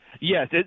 Yes